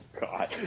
God